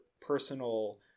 personal